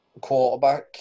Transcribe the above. quarterback